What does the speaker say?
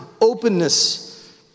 openness